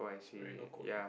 is wearing a coat